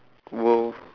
!whoa!